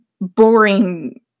boring